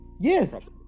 Yes